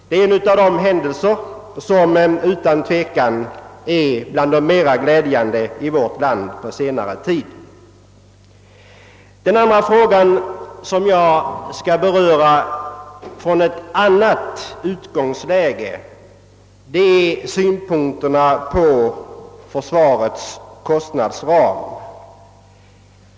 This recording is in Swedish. Det är utan tvekan en av de mera glädjande händelserna i vårt land på senare tid. En annan fråga som jag skall beröra är några synpunkter på försvarets kostnadsram.